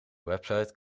website